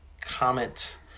comment